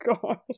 god